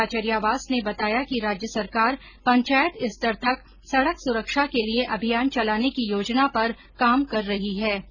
श्री खाचरियावास ने बताया कि राज्य सरकार पंचायत स्तर तक सड़क सुरक्षा के लिये अभियान चलाने की योजना पर काम कर रही है